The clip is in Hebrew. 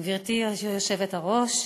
גברתי היושבת-ראש,